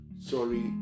sorry